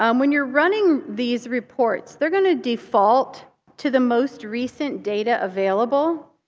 um when you're running these reports, they're going to default to the most recent data available.